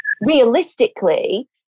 realistically